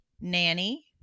Nanny